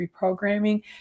reprogramming